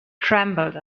trembled